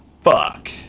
Fuck